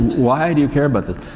why do you care about this?